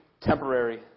temporary